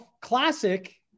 classic